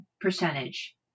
percentage